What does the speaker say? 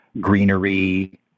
greenery